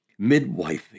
midwifing